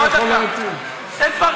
אז ניסן, אתה תגיד לי אם אני יכול, תן דבר תורה.